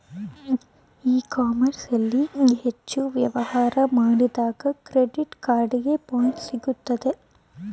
E commerce ಅಲ್ಲಿ ಹೆಚ್ಚು ವ್ಯವಹಾರ ಮಾಡಿದಾಗ ಕ್ರೆಡಿಟ್ ಕಾರ್ಡಿಗೆ ಪಾಯಿಂಟ್ಸ್ ಸಿಗುತ್ತದೆ